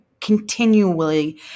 continually